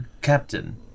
Captain